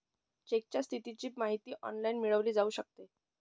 चेकच्या स्थितीची माहिती ऑनलाइन मिळवली जाऊ शकते